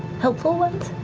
helpful ones?